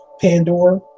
Pandora